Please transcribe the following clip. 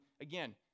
again